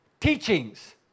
Teachings